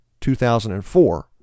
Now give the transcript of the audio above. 2004